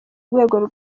rwego